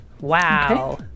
Wow